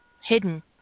hidden